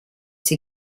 sie